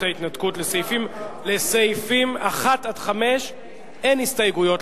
ההתנתקות (תיקון מס' 3). לסעיפים 1 5 אין הסתייגויות,